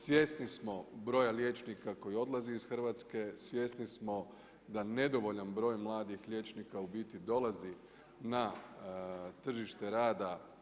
Svjesni smo broja liječnika koji odlazi iz Hrvatske, svjesni smo da nedovoljan broj mladih liječnika u biti dolazi na tržište rada.